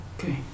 Okay